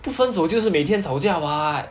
不分手就是每天吵架 [what]